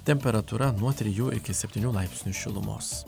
temperatūra nuo trijų iki septynių laipsnių šilumos